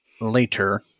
later